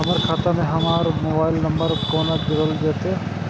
हमर खाता मे हमर मोबाइल नम्बर कोना जोरल जेतै?